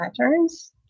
patterns